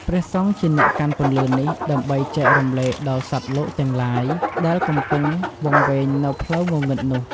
ព្រះសង្ឃជាអ្នកកាន់ពន្លឺនេះដើម្បីចែករំលែកដល់សត្វលោកទាំងឡាយ ដែលកំពង់វង្វេងនៅផ្លូវងងឹតនោះ។